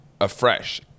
afresh